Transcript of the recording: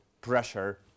pressure